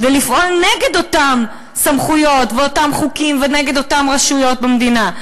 כדי לפעול נגד אותן סמכויות ואותם חוקים ונגד אותן רשויות במדינה.